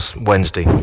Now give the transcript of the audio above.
Wednesday